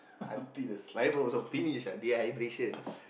until the saliva also finish ah dehydration ah